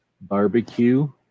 barbecue